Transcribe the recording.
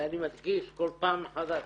ואני מדגיש כל פעם מחדש,